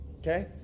Okay